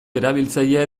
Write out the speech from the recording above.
erabiltzailea